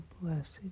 blessed